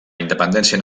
independència